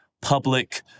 Public